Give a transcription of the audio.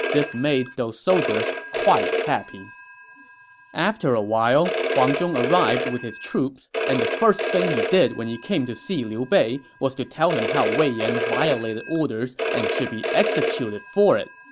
this made those soldiers quite happy after a while, huang zhong arrived with his troops, and the first thing he did when he came to see liu bei was to tell him how wei yan violated orders and should be executed for it.